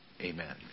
Amen